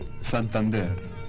Santander